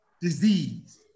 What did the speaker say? disease